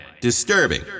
Disturbing